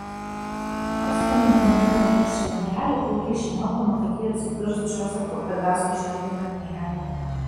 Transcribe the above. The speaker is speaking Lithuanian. pastumiu undinę į tuščią langelį puikiai žinodama kad ji atsidurs džozefo pegaso žirgui ant kelio